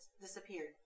disappeared